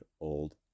old